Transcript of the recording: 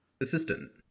assistant